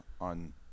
on